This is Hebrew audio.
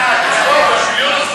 (נציג הרשות הלאומית להגנת הסייבר,